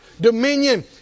Dominion